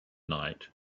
night